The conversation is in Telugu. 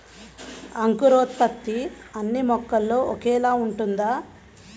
అంకురోత్పత్తి అన్నీ మొక్కలో ఒకేలా ఉంటుందా?